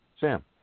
Sam